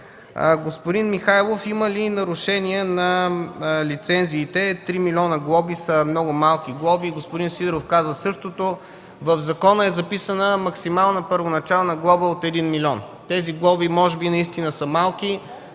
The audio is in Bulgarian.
Господин Михайлов пита има ли нарушения на лицензиите? Три милиона глоби са много малки глоби. Господин Сидеров каза същото. В закона е записана максимална първоначална глоба от 1 милион. Тези глоби може би наистина са малки.